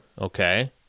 Okay